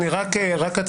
אני רק אציין,